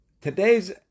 today's